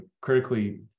critically